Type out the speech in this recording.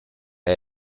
one